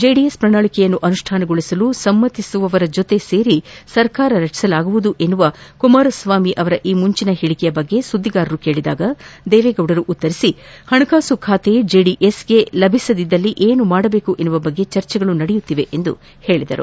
JDS ಪ್ರಣಾಳಿಕೆಯನ್ನು ಅನುಷ್ಠಾನಗೊಳಿಸಲು ಸಮ್ನಿಸುವವರ ಜೊತೆ ಸೇರಿ ಸರ್ಕಾರ ರಚಿಸಲಾಗುವುದೆಂಬ ಕುಮಾರಸ್ವಾಮಿಯವರ ಈ ಮುಂಚನ ಹೇಳಿಕೆಯ ಬಗ್ಗೆ ಸುದ್ವಿಗಾರರು ಕೇಳಿದಾಗ ದೇವೇಗೌಡರು ಉತ್ತರಿಸಿ ಹಣಕಾಸು ಖಾತೆ ಜೆಡಿಎಸ್ಗೆ ಲಭಿಸದಿದ್ದಲ್ಲಿ ಏನು ಮಾಡಬೇಕು ಎಂಬ ಬಗ್ಗೆ ಚರ್ಚೆಗಳು ನಡೆಯುತ್ತಿವೆ ಎಂದು ಹೇಳಿದರು